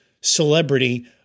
celebrity